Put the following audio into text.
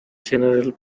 general